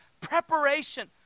preparation